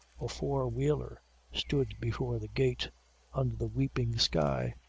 a four-wheeler stood before the gate under the weeping sky.